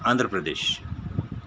Andhra Pradesh